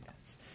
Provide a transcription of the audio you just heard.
Yes